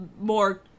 more